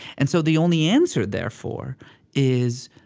and so the only answer therefore is,